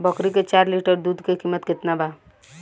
बकरी के चार लीटर दुध के किमत केतना बा?